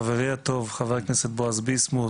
חברי הטוב חבר הכנסת בועז ביסמוט,